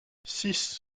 six